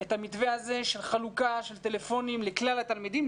את המתווה הזה של חלוקה של טלפונים לכלל התלמידים,